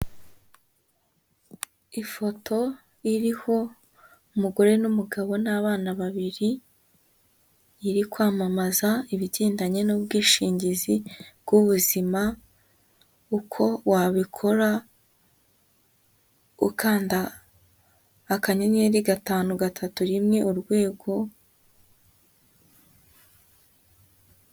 Ifoto iriho umugore n'umugabo n'abana babiri, iri kwamamaza ibigendanye n'ubwishingizi bw'ubuzima, uko wabikora ukanda akanyenyeri gatanu gatatu rimwe urwego.